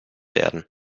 werden